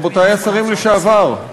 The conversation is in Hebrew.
רבותי השרים לשעבר,